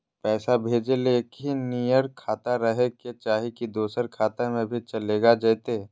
पैसा भेजे ले एके नियर खाता रहे के चाही की दोसर खाता में भी चलेगा जयते?